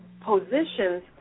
positions